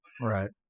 Right